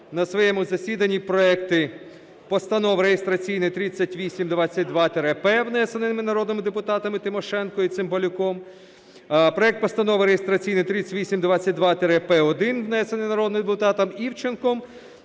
на своєму засіданні проекти Постанов реєстраційний 3822-П, внесений народними депутатами Тимошенко і Цимбалюком, проект Постанови реєстраційний 3822-П1, внесений народним депутатом Івченком